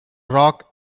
rock